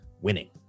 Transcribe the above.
winning